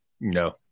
No